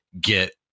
get